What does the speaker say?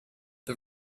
the